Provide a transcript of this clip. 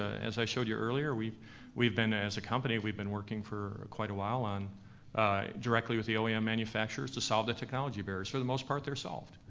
as i showed you earlier, we've we've been, as a company, we've been working for quite a while and directly with the oem yeah manufacturers to solve the technology barriers. for the most part, they're solved.